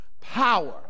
Power